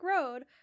road